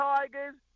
Tigers